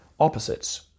Opposites